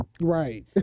Right